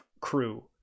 crew